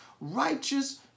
righteous